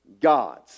gods